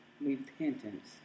repentance